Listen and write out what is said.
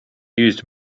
used